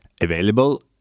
available